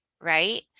right